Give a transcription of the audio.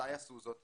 ומתי עשו זאת,